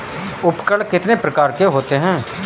उपकरण कितने प्रकार के होते हैं?